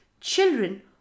Children